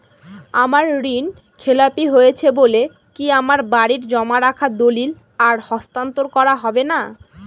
আমার ঋণ খেলাপি হয়েছে বলে কি আমার বাড়ির জমা রাখা দলিল আর হস্তান্তর করা হবে না?